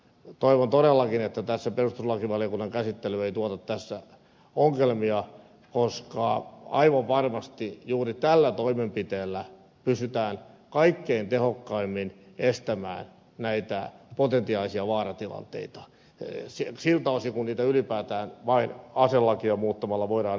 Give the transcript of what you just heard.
toivon todellakin että perustuslakivaliokunnan käsittely ei tuota tässä ongelmia koska aivan varmasti juuri tällä toimenpiteellä pystytään kaikkein tehokkaimmin estämään näitä potentiaalisia vaaratilanteita siltä osin kuin niitä ylipäätään vain aselakia muuttamalla voidaan estää